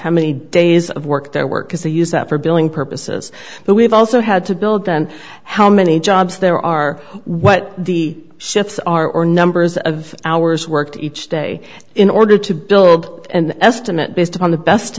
how many days of work their work is they use that for billing purposes but we've also had to build on how many jobs there are what the shifts are or numbers of hours worked each day in order to build and estimate based on the best